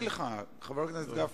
הצעתי לך, חבר הכנסת גפני.